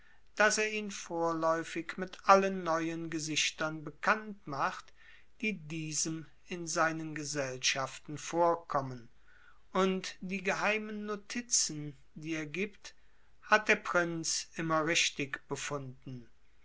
daß er ihn vorläufig mit allen neuen gesichtern bekannt macht die diesem in seinen gesellschaften vorkommen und die geheimen notizen die er gibt hat der prinz immer richtig befunden